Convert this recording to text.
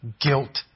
guilt